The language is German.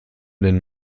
den